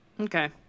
Okay